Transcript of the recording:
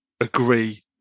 agree